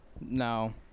no